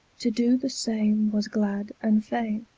to do the same was glad and faine,